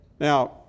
Now